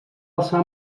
alçar